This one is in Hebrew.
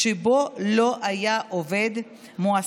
שבו לא היה העובד מועסק.